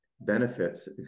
benefits